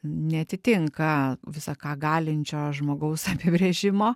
neatitinka visa ką galinčio žmogaus apibrėžimo